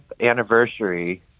anniversary